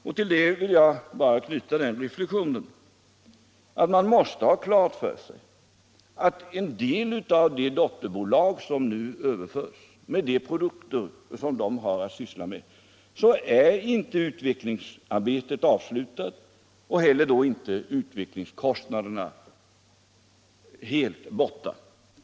Jag vill till detta göra bara den reflexionen att man måste ha klart för sig att utvecklingsarbetet för en del av de dotterbolag som nu överförs ännu inte är avslutat. Kostnaderna för detta utvecklingsarbete är inte heller helt borta.